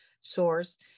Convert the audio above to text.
source